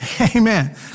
Amen